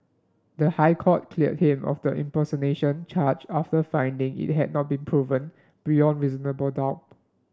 the High Court cleared him of the impersonation charge after finding it had not been proven beyond reasonable doubt